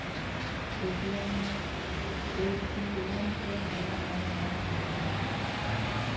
ATM से नया नया नोट निकलेला